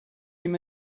him